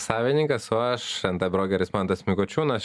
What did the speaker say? savininkas o aš nt brokeris mantas mikučiūnas